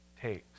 takes